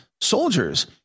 soldiers